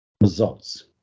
results